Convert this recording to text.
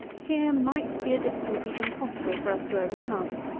here might be a difficulty impossible for us to overcome.